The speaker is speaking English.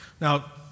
Now